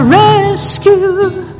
rescue